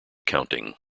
counting